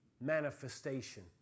manifestation